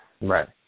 Right